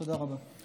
תודה רבה.